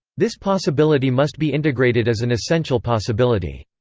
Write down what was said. this possibility must be integrated as an essential possibility.